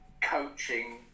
coaching